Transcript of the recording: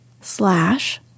slash